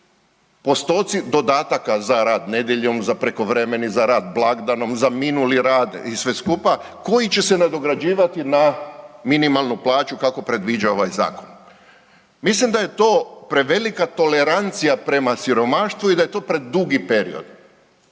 postoci dodataka za rad nedjeljom, za prekovremeni, za rad blagdanom, za minuli rad i sve skupa koji će se nadograđivati na minimalnu plaću kako predviđa ovaj zakon. Mislim da je to prevelika tolerancija prema siromaštvu i da je to predugi period.